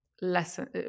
lesson